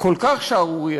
כל כך שערורייתית.